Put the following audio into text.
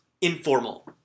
informal